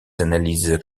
analyses